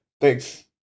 Thanks